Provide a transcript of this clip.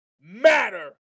matter